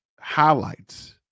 highlights